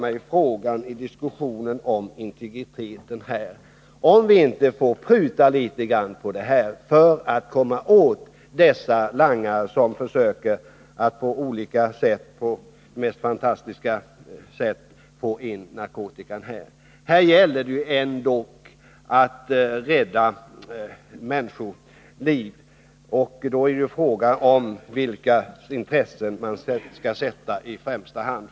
I diskussionen om integriteten frågar jag mig, om vi inte får pruta litet grand på hänsynen till den för att komma åt langarna, som på de mest fantastiska sätt försöker smuggla in narkotika. Här gäller det ändå att rädda människoliv! Då är frågan, vilkas intresse man skall sätta i främsta rummet.